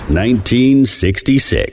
1966